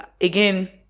again